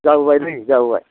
जाबोबाय नै जाबोबाय